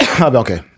Okay